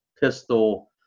pistol